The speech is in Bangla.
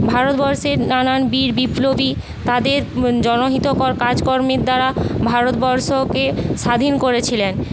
ভারতবর্ষের নানান বীর বিপ্লবী তাদের জনহিতকর কাজকর্মের দ্বারা ভারতবর্ষকে স্বাধীন করেছিলেন